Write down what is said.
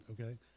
okay